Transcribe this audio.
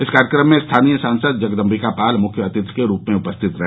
इस कार्यक्रम में स्थानीय सांसद जगदम्बिका पाल मुख्य अतिथि के रूप में उपस्थित रहे